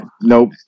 nope